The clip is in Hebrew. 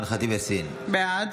בעד